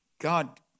God